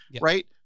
right